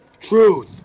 Truth